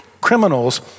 criminals